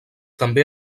també